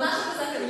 ממש הקוזק הנגזל.